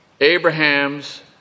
Abraham's